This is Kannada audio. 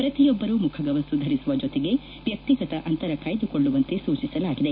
ಪ್ರತಿಯೊಬ್ಬರೂ ಮುಖಗವಸು ಧರಿಸುವ ಜೊತೆಗೆ ವ್ವಕ್ತಿಗತ ಅಂತರ ಕಾಯ್ದುಕೊಳ್ಳುವಂತೆ ಸೂಚಿಸಲಾಗಿದೆ